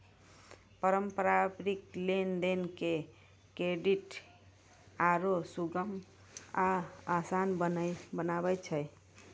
पारस्परिक लेन देन के क्रेडिट आरु सुगम आ असान बनाबै छै